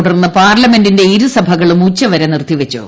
തുടർന്ന് പാർലമെന്റിന്റെ ഇരുസഭകളും ഉച്ചവരെ നിർത്തിവച്ചു